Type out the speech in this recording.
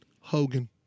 Hogan